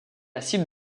cible